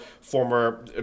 former